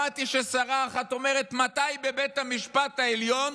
שמעתי ששרה אחת אומרת: מתי בבית המשפט העליון